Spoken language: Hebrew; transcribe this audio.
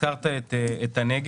הזכרת את הנגב.